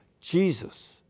Jesus